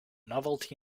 novelty